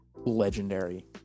legendary